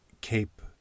Cape